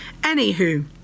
anywho